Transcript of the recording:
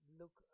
look